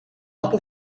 appel